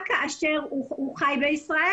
רק כאשר הוא חי בישראל.